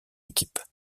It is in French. équipe